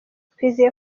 twizeye